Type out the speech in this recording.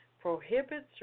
prohibits